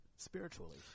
spiritually